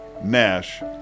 Nash